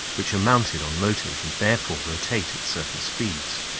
which are mounted on motors, and therefore rotate at certain speeds,